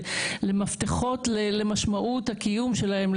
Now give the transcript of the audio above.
למפתחות למשמעות הקיום שלהם,